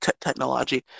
technology